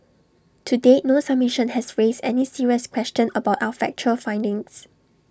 to date no submission has raised any serious question about our factual findings